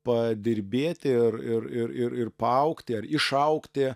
padirbėti ir ir ir ir ir paaugti ar išaugti